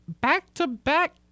back-to-back